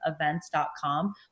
Events.com